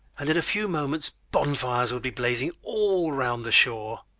and in a few moments bonfires would be blazing all round the shore.